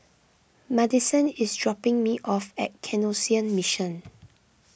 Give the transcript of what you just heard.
Maddison is dropping me off at Canossian Mission